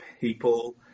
people